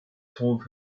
told